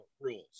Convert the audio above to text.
rules